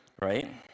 Right